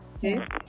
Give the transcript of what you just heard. Yes